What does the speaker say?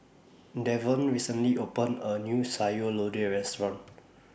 Devon recently opened A New Sayur Lodeh Restaurant